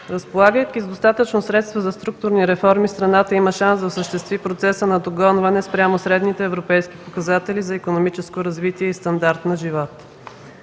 Разполагайки с достатъчно средства за структурни реформи, страната има шанс да осъществи процеса на догонване спрямо средните европейски показатели за икономическо развитие и стандарт на живот.